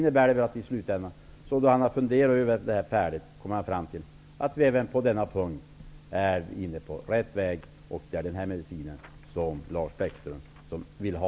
När han har funderat färdigt kommer han säkert fram till att vi är inne på rätt väg och att detta är den medicin som Lars Bäckström också vill ha.